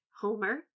Homer